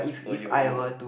so you you